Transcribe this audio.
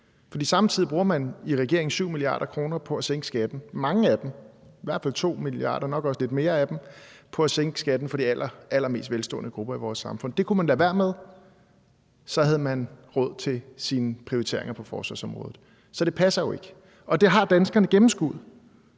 lidt flere af dem, bruger man på at sænke skatten for de allerallermest velstående grupper i vores samfund. Det kunne man lade være med, og så havde man råd til sine prioriteringer på forsvarsområdet. Så det passer jo ikke, og det har danskerne gennemskuet.